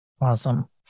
Awesome